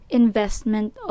investment